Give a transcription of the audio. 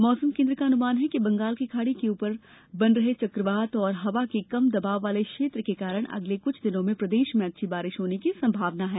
मौसम केन्द्र का अनुमान है कि बंगाल की खाड़ी के ऊपर बन रहे चक्रवात और हवा के कम दबाव वाले क्षेत्र के कारण अगले कुछ दिनों में प्रदेश में अच्छी बारिश होने की संभावना है